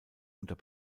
unter